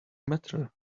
matter